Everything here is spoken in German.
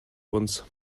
uns